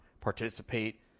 participate